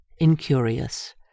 incurious—